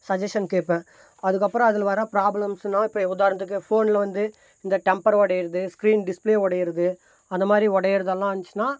suggestion கேட்பேன் அதுக்கப்புறம் அதில் வர ப்ராப்ளம்ஸ்னால் இப்போ உதாரணத்துக்கு ஃபோனில் வந்து இந்த டெம்பர் உடையிறது ஸ்கிரீன் டிஸ்பிலே உடையிறது அந்த மாதிரி உடையிறதெல்லாம் இருந்துச்சுனா